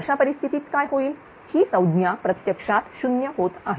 अशा परिस्थितीत काय होईल ही संज्ञा प्रत्यक्षात 0 होत आहे